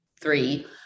three